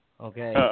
okay